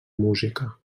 música